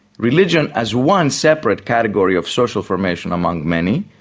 religion as one separate category of social formation among many,